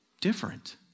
different